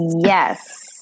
Yes